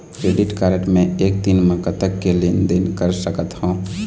Credit card मे एक दिन म कतक के लेन देन कर सकत हो?